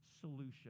solution